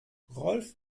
rolf